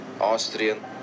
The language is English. Austrian